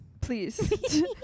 Please